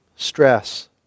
Stress